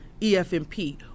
EFMP